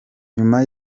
nyuma